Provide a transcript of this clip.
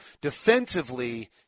Defensively